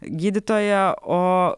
gydytoja o